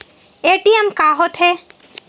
ATM का होथे?